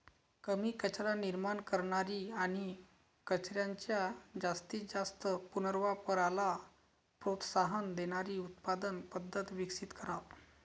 कमी कचरा निर्माण करणारी आणि कचऱ्याच्या जास्तीत जास्त पुनर्वापराला प्रोत्साहन देणारी उत्पादन पद्धत विकसित करा